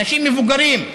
אנשים מבוגרים,